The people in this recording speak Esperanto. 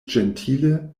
ĝentile